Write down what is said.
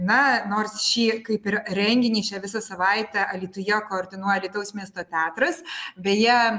na nors šį kaip ir renginį šią visą savaitę alytuje koordinuoja alytaus miesto teatras beje